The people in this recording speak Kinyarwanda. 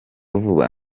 vuba